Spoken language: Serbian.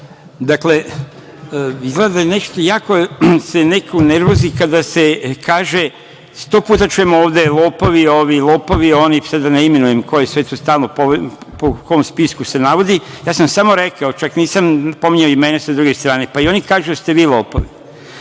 Dakle, izgleda da se neko jako unervozi kada se kaže… sto puta čujemo ovde - lopovi ovi, lopovi oni, pa sad da ne imenujem ko je sve tu stalno i po kom spisku se navodi, ja sam samo rekao, čak nisam pominjao i mene, sa druge strane, pa i oni kažu da ste vi lopov.